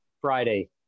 Friday